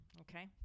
Okay